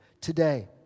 today